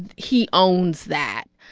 he owns that.